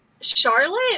Charlotte